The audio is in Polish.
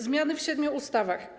Zmiany w siedmiu ustawach.